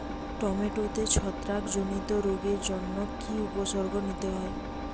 টমেটোতে ছত্রাক জনিত রোগের জন্য কি উপসর্গ নিতে হয়?